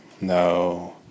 No